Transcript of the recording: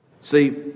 See